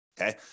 okay